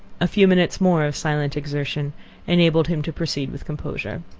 a few minutes more of silent exertion enabled him to proceed with composure.